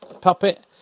puppet